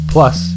Plus